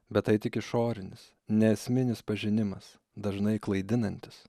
bet tai tik išorinis neesminis pažinimas dažnai klaidinantis